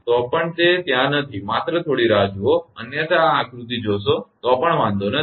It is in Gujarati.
તો પણ તે ત્યાં નથી માત્ર થોડી રાહ જુઓ અન્યથા આ આકૃતિ જોશો તો પણ વાંધો નથી